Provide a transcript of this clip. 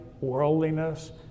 worldliness